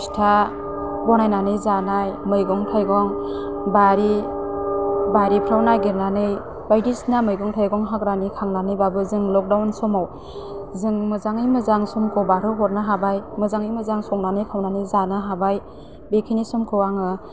फिथा बानायनानै जानाय मैगं थाइगं बारि बारिफ्राव नागिरनानै बायदिसिना मैगं थाइगं हाग्रानि खांनानैबाबो जों लकडाउन समाव जों मोजाङै मोजां समखौ बारहो हरनो हाबाय मोजाङै मोजां संनानै खावनानै जानो हाबाय बे खिनि समखौ आङो